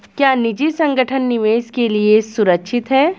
क्या निजी संगठन निवेश के लिए सुरक्षित हैं?